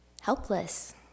helpless